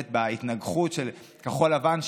בהתנגחות של כחול לבן,